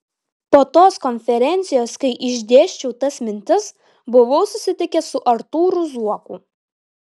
po tos konferencijos kai išdėsčiau tas mintis buvau susitikęs su artūru zuoku